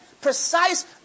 precise